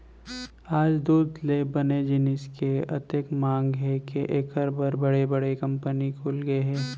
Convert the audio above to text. आज दूद ले बने जिनिस के अतेक मांग हे के एकर बर बड़े बड़े कंपनी खुलगे हे